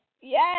yes